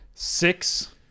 Six